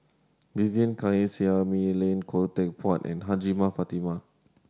Vivien Quahe Seah Mei Lin Khoo Teck Puat and Hajjah Fatimah